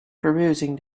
perusing